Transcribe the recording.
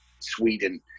Sweden